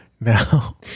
No